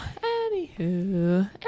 anywho